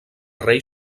rei